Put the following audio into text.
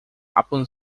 upon